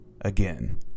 again